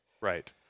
Right